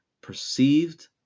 perceived